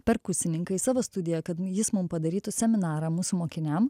perkusininką į savo studiją kad jis mum padarytų seminarą mūsų mokiniam